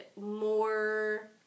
more